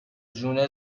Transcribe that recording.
جون